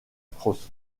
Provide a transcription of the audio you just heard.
strauss